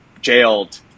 jailed